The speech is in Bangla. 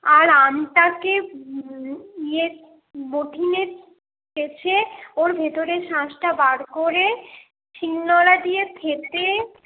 আর আমটাকে ইয়ে চেঁছে ওর ভেতরের শাঁসটা বার করে শিল নোড়া দিয়ে থেঁতে